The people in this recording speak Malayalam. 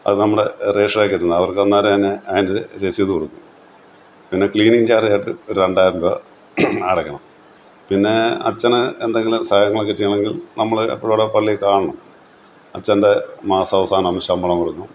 അത് നമ്മള് രജിസ്ട്രാക്കിയിടുന്ന അവർക്ക് അന്നേരം തന്നെ അതിൻ്റെ രസീത് കൊടുക്കും പിന്നെ ക്ലീനിങ് ചാർജുകാർക്ക് ഒരു രണ്ടായിരം രൂപ അടക്കണം പിന്നെ അച്ചന് എന്തെങ്കിലും സഹകരണമൊക്കെ ചെയ്യണമെങ്കിൽ നമ്മള് എപ്പോഴും അവിടെ പള്ളീലവിടെ കാണണം അച്ചൻ്റെ മാസാവസാനം ശമ്പളം കൊടുക്കണം